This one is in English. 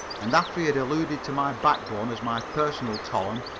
and after he had alluded to my backbone as my personal column,